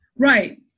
Right